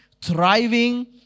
thriving